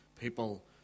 people